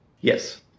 Yes